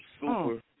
super